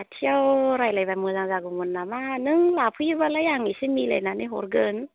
खाथियाव रायलायबा मोजां जागौमोन नामा नों लाफैयोबालाय आं एसे मिलायनानै हरगोन